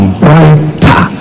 brighter